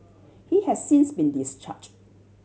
he has since been discharged